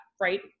right